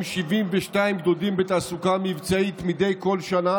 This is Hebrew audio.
72 גדודים בתעסוקה מבצעית מדי שנה.